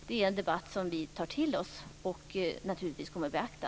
Det är en debatt som vi tar till oss och naturligtvis kommer att beakta.